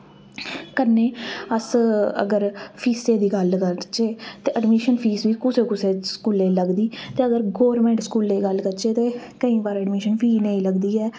कन्नै अस अगर फीसै दी गल्ल करचै ते एडमिशन फीस बी कुसै कुसै स्कूलें ई लगदी ते अगर गौरमेंट स्कूलै दी गल्ल करचै ते केईं बारी एडमिशन फीस नेईं लगदी ऐ